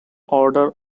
order